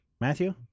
Matthew